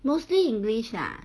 mostly english lah